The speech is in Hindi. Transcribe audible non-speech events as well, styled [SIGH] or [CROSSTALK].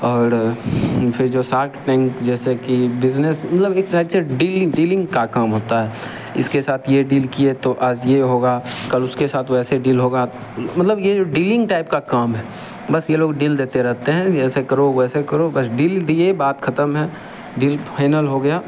और फिर जो शार्क टैंक जैसे कि बिजनेस मतलब ये [UNINTELLIGIBLE] डीलिंग डीलिंग का काम होता है इसके साथ ये डील किए तो आज ये होगा कल उसके साथ वैसे डील होगा मतलब ये जो डीलिंग टाइप का काम है बस ये लोग डील देते रहते हैं ऐसे करो वैसे करो बस डील दिए बात खतम है डील फाइनल हो गया